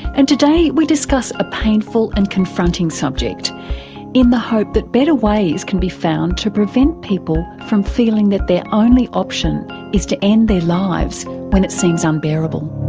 and today we discuss a painful and confronting subject in the hope that better ways can be found to prevent people from feeling that their only option is to end their lives when it seems unbearable.